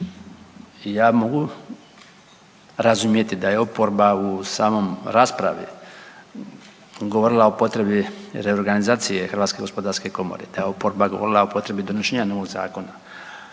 ja mogu razumjeti da je oporba u samom raspravi govorila o potrebi reorganizacije HGK, da je oporba govorila o potrebi donošenja novog zakona,